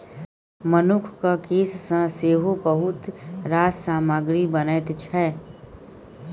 मनुखक केस सँ सेहो बहुत रास सामग्री बनैत छै